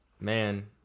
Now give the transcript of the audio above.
man